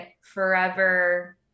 forever